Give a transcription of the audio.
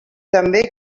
també